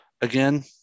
again